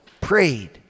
prayed